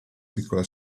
piccola